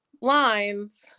lines